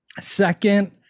Second